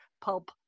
pulp